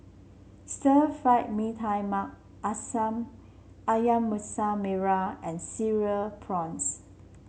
Stir Fry Mee Tai Mak ayam Masak Merah and Cereal Prawns